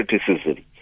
criticism